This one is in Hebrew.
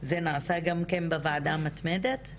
זה נעשה גם בוועדה המתמדת?